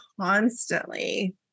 constantly